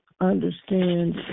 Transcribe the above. understand